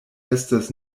estas